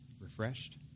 refreshed